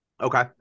Okay